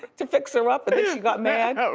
to fix her up and then she got mad? right.